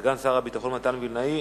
סגן שר הביטחון מתן וילנאי.